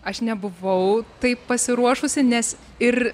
aš nebuvau taip pasiruošusi nes ir